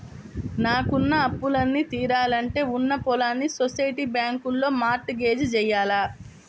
నాకున్న అప్పులన్నీ తీరాలంటే ఉన్న పొలాల్ని సొసైటీ బ్యాంకులో మార్ట్ గేజ్ జెయ్యాల